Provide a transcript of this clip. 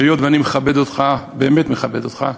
היות שאני מכבד אותך, באמת מכבד אותך,